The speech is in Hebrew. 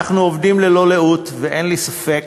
אנחנו עובדים ללא לאות, ואין לי ספק